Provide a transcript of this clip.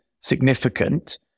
significant